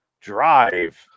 drive